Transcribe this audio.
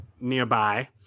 nearby